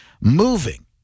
moving